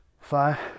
five